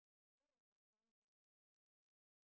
what if the farm has a seesaw